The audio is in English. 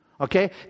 Okay